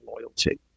loyalty